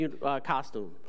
costume